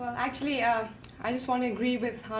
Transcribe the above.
actually, ah i just want to agree with um